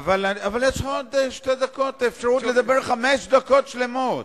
אבל יש לך בעוד שתי דקות אפשרות לדבר חמש דקות שלמות.